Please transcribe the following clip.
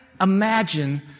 imagine